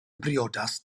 briodas